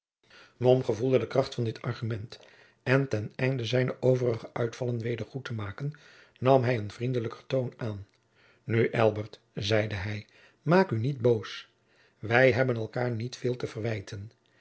gevoelde de kracht van dit argument en ten einde zijne vorige uitvallen weder goed te maken nam hij een vriendelijker toon aan nu elbert zeide hij maak u niet boos wij hebjacob van lennep de pleegzoon ben elkaêr niet veel te verwijten